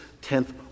tenth